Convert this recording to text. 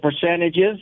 percentages